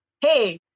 hey